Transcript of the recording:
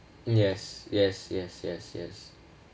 yes yes yes yes yes